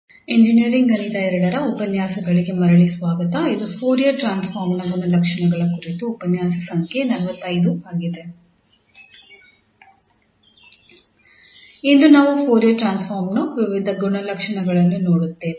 ಆದ್ದರಿಂದ ಇಂದು ನಾವು ಫೋರಿಯರ್ ಟ್ರಾನ್ಸ್ಫಾರ್ಮ್ ನ ವಿವಿಧ ಗುಣಲಕ್ಷಣಗಳನ್ನು ನೋಡುತ್ತೇವೆ